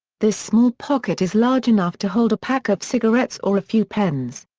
this small pocket is large enough to hold a pack of cigarettes or a few pens.